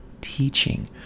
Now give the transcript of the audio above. teaching